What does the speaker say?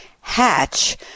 Hatch